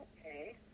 Okay